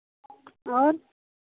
और